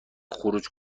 خروج